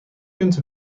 kunt